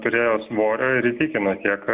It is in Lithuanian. turėjo svorio ir tikino tiek